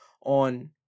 on